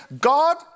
God